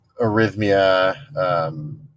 arrhythmia